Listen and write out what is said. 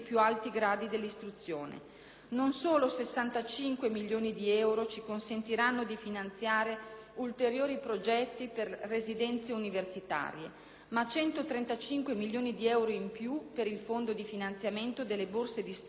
Non solo 65 milioni di euro ci consentiranno di finanziare ulteriori progetti per residenze universitarie, ma 135 milioni di euro in più per il fondo di finanziamento delle borse di studio consentiranno